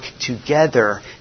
together